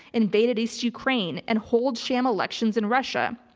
invaded east ukraine and hold sham elections in russia.